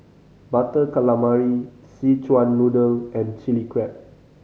Butter Calamari Szechuan Noodle and Chilli Crab